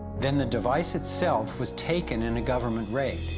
then the device itself was taken in a government raid.